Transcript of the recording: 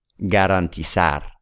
Garantizar